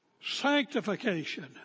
Sanctification